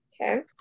Okay